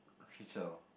a creature